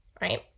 right